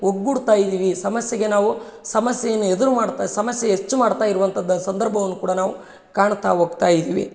ಒಗ್ಗೂಡ್ತಾ ಇದ್ದೀವಿ ಸಮಸ್ಯೆಗೆ ನಾವು ಸಮಸ್ಯೆಯನ್ನ ಎದುರು ಮಾಡ್ತಾ ಸಮಸ್ಯೆ ಹೆಚ್ಚು ಮಾಡ್ತಾ ಇರುವಂಥದ್ದು ಸಂದರ್ಭವನ್ನು ಕೂಡ ನಾವು ಕಾಣ್ತಾ ಹೋಗ್ತಾ ಇದ್ದೀವಿ